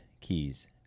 keys